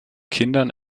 kindern